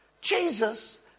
Jesus